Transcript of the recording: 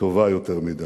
טובה יותר מדי,